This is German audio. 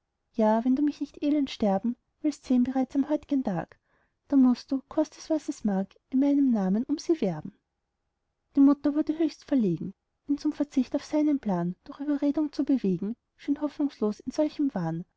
ja wenn du mich nicht elend sterben willst sehn bereits am heut'gen tag dann mußt du kost es was es mag in meinem namen um sie werben illustration ein herold verkündet das nahen der prinzessin die mutter wurde höchst verlegen ihn zum verzicht auf seinen plan durch überredung zu bewegen schien hoffnungslos bei solchem wahn